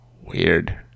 Weird